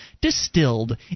distilled